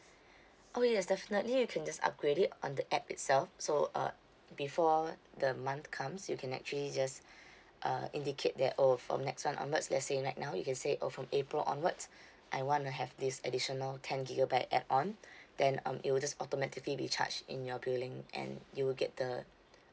oh yes definitely you can just upgrade it on the app itself so uh before the month comes you can actually just uh indicate that oh from next month onwards let's say right now you can say oh from april onwards I want to have this additional ten gigabyte add on then um it'll just automatically be charged in your billing and you will get the